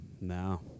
no